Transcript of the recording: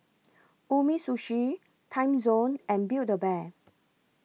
Umisushi Timezone and Build A Bear